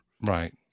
Right